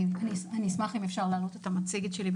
אני אשמח אם אפשר יהיה להעלות את המצגת שלי,